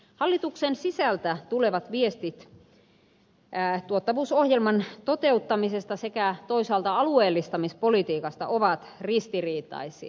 hallituksen sisältä tulevat viestit tuottavuusohjelman toteuttamisesta sekä toisaalta alueellistamispolitiikasta ovat ristiriitaisia